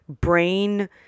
brain